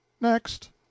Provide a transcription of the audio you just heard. Next